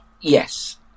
Yes